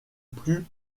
plus